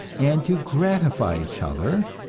and to gratify each other,